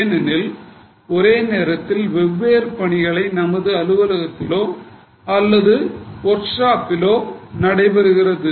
ஏனெனில் ஒரே நேரத்தில் பல்வேறு பணிகள் நமது அலுவலகத்திலோ அல்லது வொர்க் ஷாப்பிலோ நடைபெறுகிறது